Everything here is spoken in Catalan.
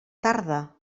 tarda